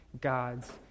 God's